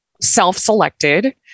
self-selected